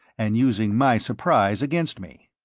and using my surprise against me.